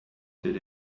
did